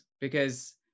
Because-